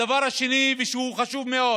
הדבר השני, שהוא חשוב מאוד